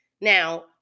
Now